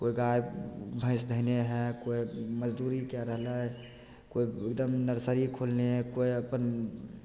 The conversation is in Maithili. कोइ गाय भैंस धेने हइ कोइ मजदूरी कए रहल हइ कोइ एकदम नर्सरी खोलने हइ अपन